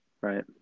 right